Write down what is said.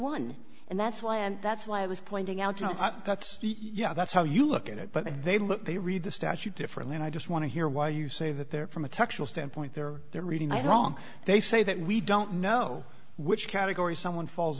one and that's why and that's why i was pointing out that yeah that's how you look at it but they look they read the statute differently and i just want to hear why you say that they're from a technical standpoint they're they're reading i don't they say that we don't know which category someone falls